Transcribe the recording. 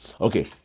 okay